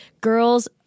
girls